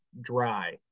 dry